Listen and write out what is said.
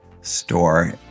store